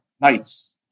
nights